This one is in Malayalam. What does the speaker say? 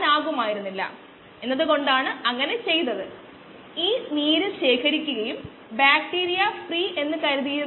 നമുക്ക് ഒരേ യിൽഡ് കോയിഫിഷ്യന്റ് ഉണ്ടായിരിക്കും